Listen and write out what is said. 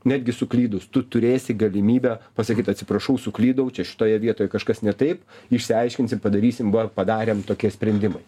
netgi suklydus tu turėsi galimybę pasakyt atsiprašau suklydau čia šitoje vietoj kažkas ne taip išsiaiškinsim padarysim va padarėm tokie sprendimai